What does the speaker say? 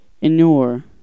inure